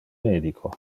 medico